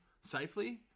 safely